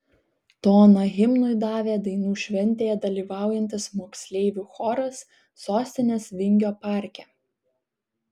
toną himnui davė dainų šventėje dalyvaujantis moksleivių choras sostinės vingio parke